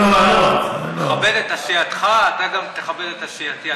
אני לא, מכבד את עשייתך, אתה גם תכבד את עשייתי.